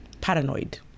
paranoid